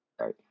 right